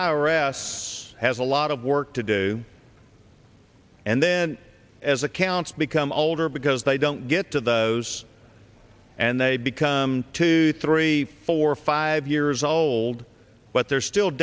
s has a lot of work to do and then as accounts become older because they don't get to those and they become two three four five years old but they're still